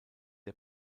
der